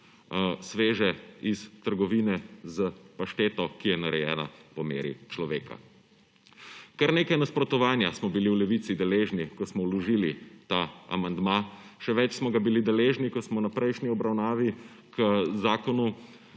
svež kruh iz trgovine s pašteto, ki je narejena po meri človeka. Kar nekaj nasprotovanja smo bili v Levici deležni, ko smo vložili ta amandma. Še več smo ga bili deležni, ko smo na prejšnji obravnavi k zakonu